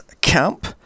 camp